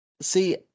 See